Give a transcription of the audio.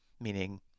meaning